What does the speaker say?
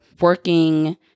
working